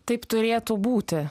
taip turėtų būti